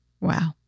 Wow